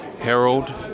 Harold